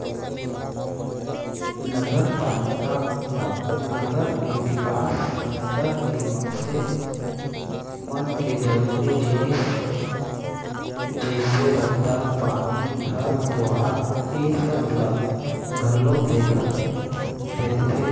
नगरपालिका ह नगर के बिकास, नगर के मनसे मन के जरुरी जिनिस जइसे रद्दा, पानी, घर दुवारा ऐ सब ला घलौ देखथे